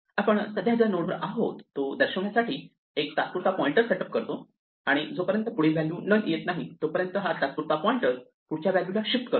आपण सध्या ज्या नोड वर आहोत तो दर्शवण्यासाठी एक तात्पुरता पॉइंटर सेट अप करतो आणि जोपर्यंत पुढील व्हॅल्यू नन येत नाही तोपर्यंत हा तात्पुरता पॉइंटर पुढच्या व्हॅल्यूला शिफ्ट करतो